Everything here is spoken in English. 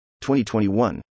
2021